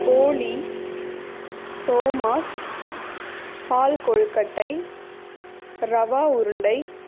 போளி சோமாஸ் பால் கொழுக்கட்டை ரவா உருண்டை